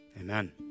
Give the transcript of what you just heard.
Amen